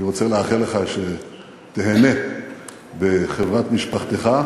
אני רוצה לאחל לך שתיהנה בחברת משפחתך,